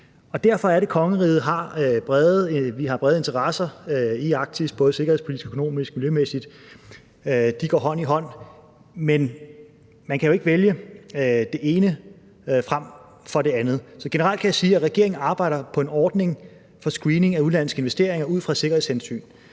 Derfor har kongeriget brede interesser i Arktis, og det er både sikkerhedspolitisk, økonomisk og miljømæssigt. De går hånd i hånd. Men man kan jo ikke vælge det ene frem for det andet. Generelt kan jeg sige, at regeringen arbejder på en ordning for screening af udenlandske investeringer ud fra et sikkerhedshensyn.